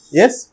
yes